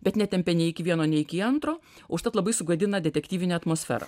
bet netempia nei iki vieno nei iki antro užtat labai sugadina detektyvinę atmosferą